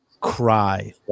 cry